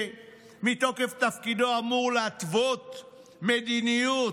שמתוקף תפקידו אמור להתוות מדיניות,